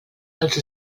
els